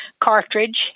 cartridge